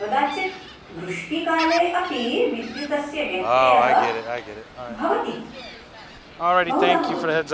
कदाचित् वृष्टिकाले अपि विद्युतस्य व्यत्ययः भवति बहुधा भवति